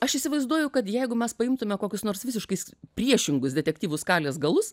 aš įsivaizduoju kad jeigu mes paimtume kokius nors visiškai priešingus detektyvų skalės galus